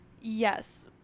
Yes